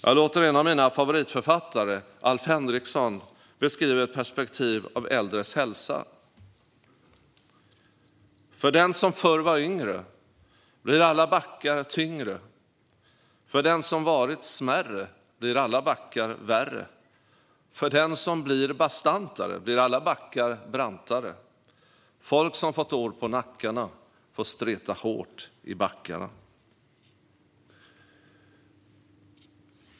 Jag låter en av mina favoritförfattare, Alf Henrikson, beskriva ett perspektiv av äldres hälsa: För den som förr var yngre blir alla backar tyngre. För den som varit smärre blir alla backar värre. För den som blir bastantare blir alla backar brantare. Folk som fått år på nackarna får streta hårt i backarna.